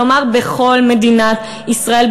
כלומר בכל מדינת ישראל,